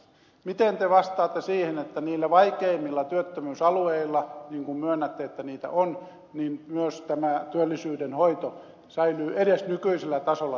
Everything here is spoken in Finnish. miten te vastaatte siihen että niillä vaikeimmilla työttömyysalueilla niin kuin myönnätte että niitä on myös tämä työllisyyden hoito säilyy edes nykyisellä tasolla tässä tilanteessa